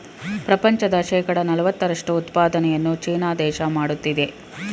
ಪ್ರಪಂಚದ ಶೇಕಡ ನಲವತ್ತರಷ್ಟು ಉತ್ಪಾದನೆಯನ್ನು ಚೀನಾ ದೇಶ ಮಾಡುತ್ತಿದೆ